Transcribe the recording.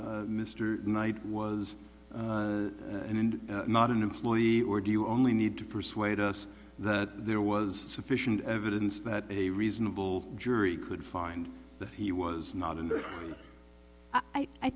mr knight was in and not an employee or do you only need to persuade us that there was sufficient evidence that a reasonable jury could find that he was not and i